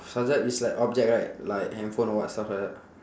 subject is like object right like handphone or what stuff like that